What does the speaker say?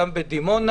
גם בדימונה.